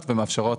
שמאפשרות